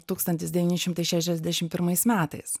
tūkstantis devyni šimtai šešiasdešim pirmais metais